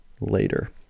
later